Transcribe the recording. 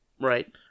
right